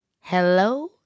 Hello